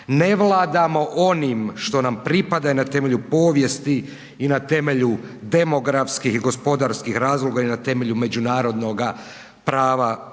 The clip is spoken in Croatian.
ne vladamo onim što nam pripada i na temelju povijesti i na temelju demografskih i gospodarskih razloga i na temelju međunarodnoga prava mora.